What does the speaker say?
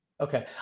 Okay